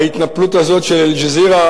את ההתנפלות הזאת של "אל-ג'זירה",